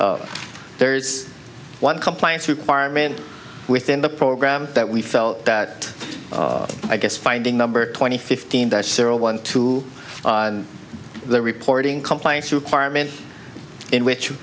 there's one compliance requirement within the program that we felt that i guess finding number twenty fifteen that zero one two the reporting compliance requirement in which